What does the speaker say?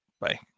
Bye